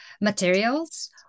materials